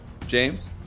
James